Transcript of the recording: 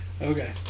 Okay